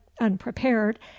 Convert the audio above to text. unprepared